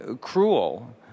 cruel